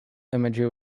imagery